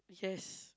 yes